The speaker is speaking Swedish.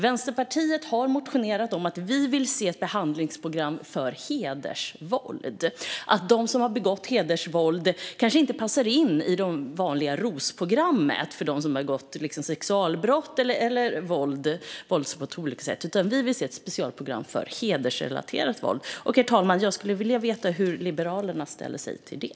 Vänsterpartiet har motionerat om att vi vill se ett behandlingsprogram för hedersvåld. De som har begått hedersvåld kanske inte passar in i det vanliga ROS-programmet för dem som begått sexualbrott eller andra våldsbrott. Vi vill se ett specialprogram för hedersrelaterat våld. Herr talman! Jag skulle vilja veta hur Liberalerna ställer sig till det.